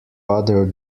other